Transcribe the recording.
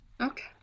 okay